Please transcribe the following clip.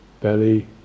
belly